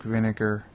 Vinegar